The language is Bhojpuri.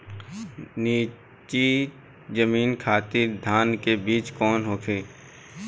नीची जमीन खातिर धान के बीज कौन होखे?